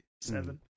Seven